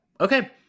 Okay